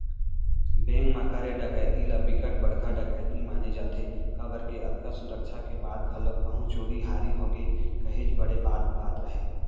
bank म करे डकैती ल बिकट बड़का डकैती माने जाथे काबर के अतका सुरक्छा के बाद घलोक कहूं चोरी हारी होगे काहेच बड़े बात बात हरय